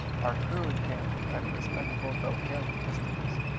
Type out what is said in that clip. our crew encamped at a respectful though hailing distance.